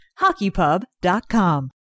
HockeyPub.com